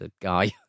guy